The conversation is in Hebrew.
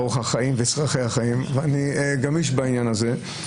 באורח החיים ובצרכי החיים ואני גמיש בעניין הזה.